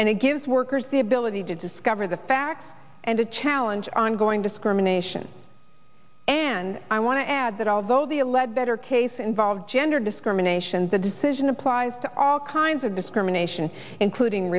and it gives workers the ability to discover the facts and to challenge ongoing discrimination and i want to add that although the alleged better case involves gender discrimination the decision applies to all kinds of